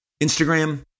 Instagram